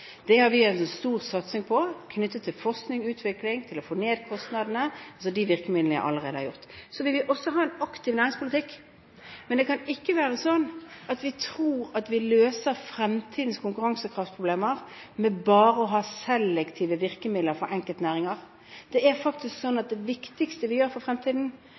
Det har vi hatt en stor satsing på når det gjelder forskning, utvikling, til å få ned kostnadene – altså de virkemidlene jeg allerede har nevnt. Vi vil også ha en aktiv næringspolitikk, men det kan ikke være sånn at vi tror at vi løser fremtidens konkurransekraftproblemer med bare å ha selektive virkemidler for enkeltnæringer. Det er faktisk sånn at det viktigste vi gjør for fremtiden,